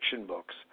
books